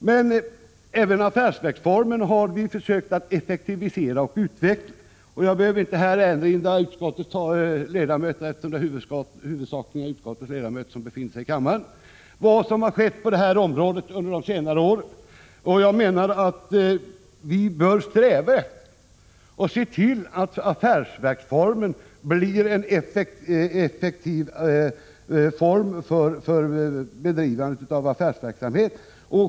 Men även affärsverksformen har vi försökt effektivisera och utveckla. Jag behöver inte här erinra utskottets ledamöter — det är ju huvudsakligen utskottets ledamöter som befinner sig i plenisalen — om vad som skett på detta område under de senare åren. Vi bör sträva efter och se till att affärsverksformen blir en effektiv form för bedrivande av affärsverksamhet.